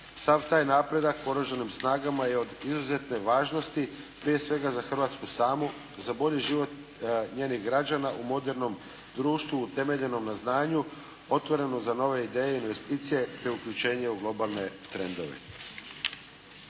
Sav taj napredak Oružanim snagama je od izuzetne važnosti prije svega za Hrvatsku samu, za bolji život njenih građana u modernom društvu utemeljenom na znanju otvoreno za nove ideje, investicije te uključenje u globalne trendove.